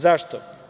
Zašto?